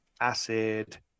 acid